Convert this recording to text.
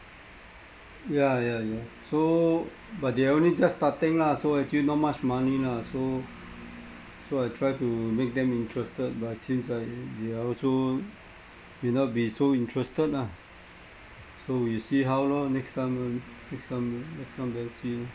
ya ya ya so but they are only just starting lah so actually not much money lah so so I try to make them interested but seems like they are also will not be so interested lah so we see how lor next time uh next time next time then see